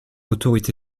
autorité